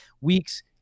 weeks